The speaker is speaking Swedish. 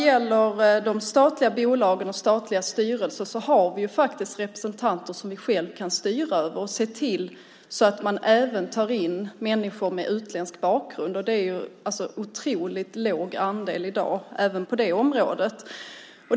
I de statliga bolagen och de statliga styrelserna kan vi själva styra över representanterna och se till att även människor med utländsk bakgrund tas in. Det är i dag en otroligt låg andel även på det området.